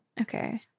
Okay